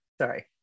Sorry